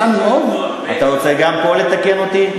אתה רוצה גם פה לתקן אותי?